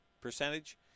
percentage